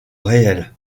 réel